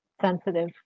sensitive